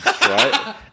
right